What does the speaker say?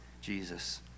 Jesus